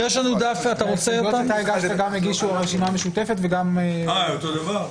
אותו דבר הגישו גם הרשימה המשותפת וגם -- אותו דבר?